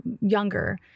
younger